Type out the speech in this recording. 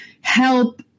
help